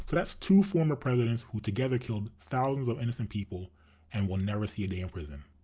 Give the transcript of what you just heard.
that's two former presidents who together killed thousands of innocent people and will never see a day in prison.